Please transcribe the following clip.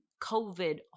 COVID